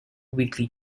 weekly